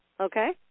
okay